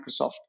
Microsoft